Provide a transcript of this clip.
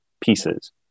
pieces